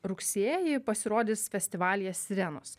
rugsėjį pasirodys festivalyje sirenos